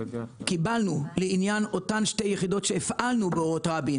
קיבלנו לעניין אותן שתי יחידות שהפעלנו באורות רבין